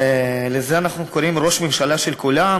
ולזה אנחנו קוראים ראש ממשלה של כולם,